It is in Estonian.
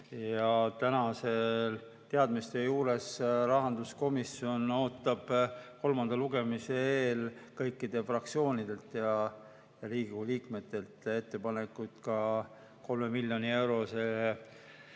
ja tänasete teadmiste kohaselt rahanduskomisjon ootab kolmanda lugemise eel kõikidelt fraktsioonidelt ja Riigikogu liikmetelt ettepanekuid ka 3 miljoni euro